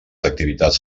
activitats